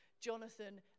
Jonathan